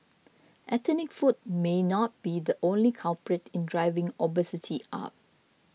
ethnic food may not be the only culprit in driving obesity up